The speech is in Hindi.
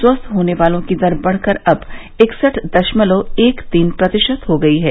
स्वस्थ होने वालों की दर बढ़ कर अब इकसठ दशमलव एक तीन प्रतिशत हो गई है